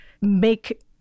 make